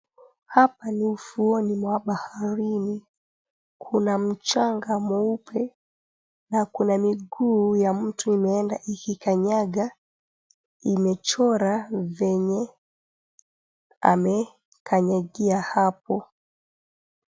Hapa ni ufuoni mwa baharini. Kuna mchanga mweupe na kuna miguu ya mtu imeenda ikikanyaga, imechora venye amekanyagia hapo.